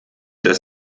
dass